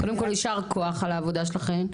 קודם כל, ישר כוח על העבודה שלכן.